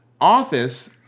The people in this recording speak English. office